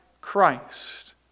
Christ